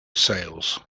sails